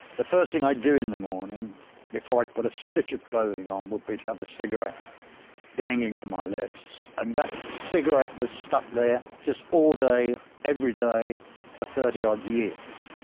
the first thing i do in the morning before i'd put a stitch of clothing on would be to have a cigarette dangling from my lips. and that cigarette was stuck there all day everyday for thirty odd years.